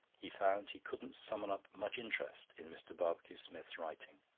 he found he couldn't summon up much interest in mr. barbecue-smith's writing.